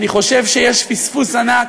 אני חושב שיש פספוס ענק